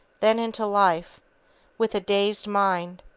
then into life with a dazed mind,